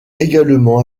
également